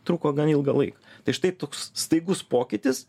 truko gan ilgą laiką tai štai toks staigus pokytis